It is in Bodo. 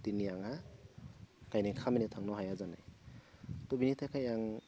दिनै आंहा गायनाय खामानियाव थांनो हाया जानाय त' बिनि थाखाय आं